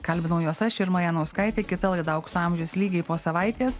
kalbinau juos aš irma janauskaitė kita laida aukso amžius lygiai po savaitės